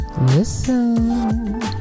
Listen